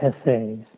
essays